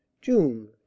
June